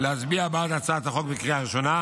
להצביע בעד הצעת החוק בקריאה הראשונה,